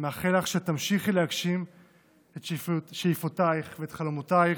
אני מאחל לך שתמשיכי להגשים את שאיפותייך ואת חלומותייך,